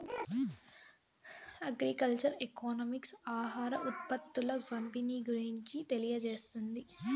agriculture economics ఆహార ఉత్పత్తుల పంపిణీ గురించి తెలియజేస్తుంది